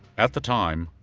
at the time,